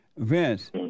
Vince